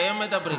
והם מדברים.